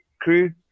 crew